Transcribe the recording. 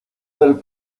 del